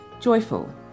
Joyful